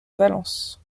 valence